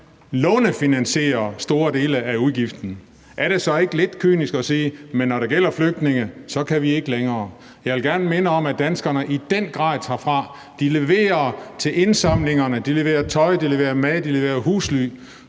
lånefinansiere store dele af udgiften. Men er det så ikke lidt kynisk at sige, at når det gælder flygtninge, kan vi ikke længere? Jeg vil gerne minde om, at danskerne i den grad tager fra; de leverer til indsamlingerne, de leverer tøj, de leverer mad, og de leverer husly.